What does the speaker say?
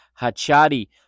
Hachadi